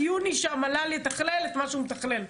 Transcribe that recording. יוני שהמל"ל יתכלל את מה שהוא מתכלל.